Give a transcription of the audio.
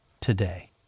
today